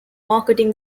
marketing